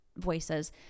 Voices